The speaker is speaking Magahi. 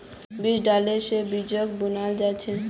बीज ड्रिल से बीजक बुनाल जा छे